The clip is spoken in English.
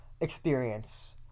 experience